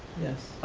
yes.